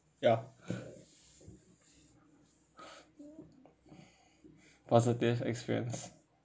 ya positive experience